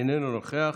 איננו נוכח.